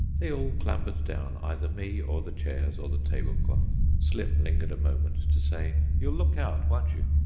they all clambered down either me or the chairs or the tablecloth. slim lingered a moment to say, you'll look out, won't you?